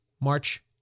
March